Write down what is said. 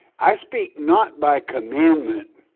i speak not by commandment,